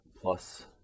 plus